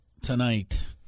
tonight